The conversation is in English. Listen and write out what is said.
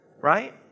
right